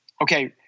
okay